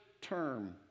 term